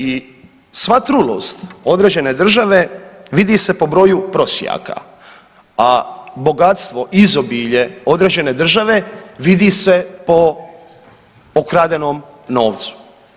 I sva trulost određene države vidi se po broju prosjaka, a bogatstvo, izobilje određene države vidi se po pokradenom novcu.